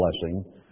blessing